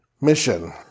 mission